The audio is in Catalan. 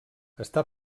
està